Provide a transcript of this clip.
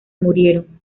murieron